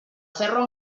ferro